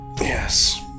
Yes